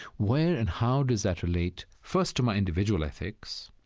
where and how does that relate first to my individual ethics,